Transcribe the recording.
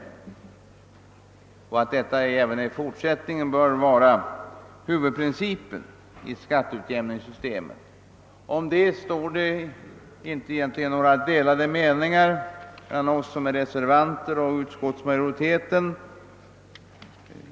Detta bör enligt utskottsmajoritetens mening även i fortsättningen vara huvudprincipen i skattesystemet. Härvidlag råder egentligen inte några delade meningar mellan oss reservanter och utskottsmajoriteten.